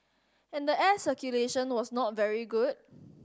and the air circulation was not very good